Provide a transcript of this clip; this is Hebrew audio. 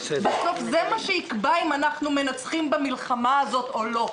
זה מה שיקבע אם אנחנו מנצחים במלחמה הזאת או לא.